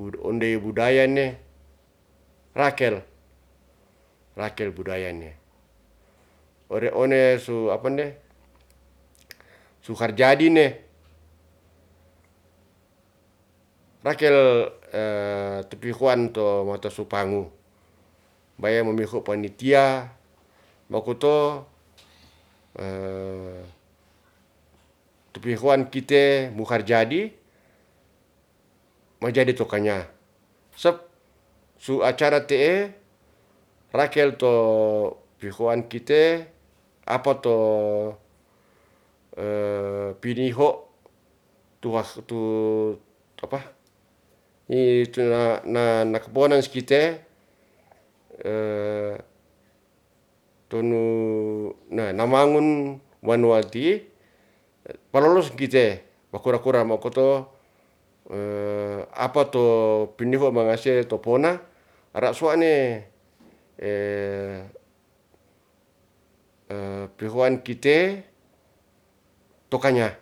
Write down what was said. ondey budayane rakel, rakel budaya ne. ore one suapa nde sukar jadine rakel to pihoan to mata su pangu baya mamiho panitia makoto tu pihoan kite mu karjadi ma jadi to kanya. Sep su acara te'e rakel to pihoan kite apa to piniho tuah tu naka bonans kite tonu namangun wanua ti'i pa lolos kite wa kura kura makoto apa to piniho mangase to pona ra suwa'ne pihoan kite to kanya